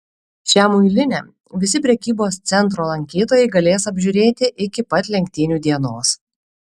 šią muilinę visi prekybos centro lankytojai galės apžiūrėti iki pat lenktynių dienos